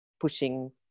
Pushing